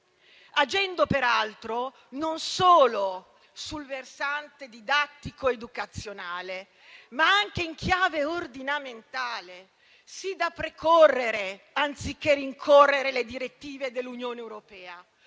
agendo peraltro non solo sul versante didattico-educazionale, ma anche in chiave ordinamentale, sì da precorrere, anziché rincorrere, le direttive dell'Unione europea,